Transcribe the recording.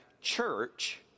church